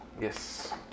Yes